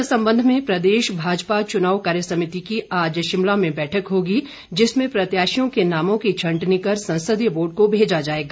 इस सम्बंध में प्रदेश भाजपा चुनाव कार्यसमिति की आज शिमला में बैठक होगी जिसमें प्रत्याशियों के नामों की छंटनी कर संसदीय बोर्ड को भेजा जाएगा